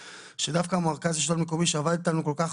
שדווקא המרכז לשלטון מקומי שעבד איתנו כל כך